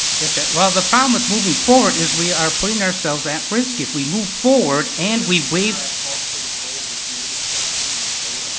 yeah well the problem with moving forward is we are putting ourselves at risk, if we move forward, and we waive. i called for the vote, there's no discussion, we vote